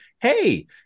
hey